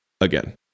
again